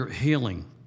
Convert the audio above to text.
healing